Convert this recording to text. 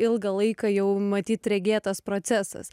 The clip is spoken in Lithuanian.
ilgą laiką jau matyt regėtas procesas